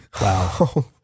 Wow